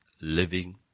living